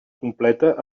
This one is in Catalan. completa